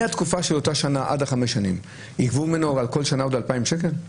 מהתקופה של אותה שנה עד החמש שנים יגבו ממני על כל שנה עוד 2,000 שקל?